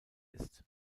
ist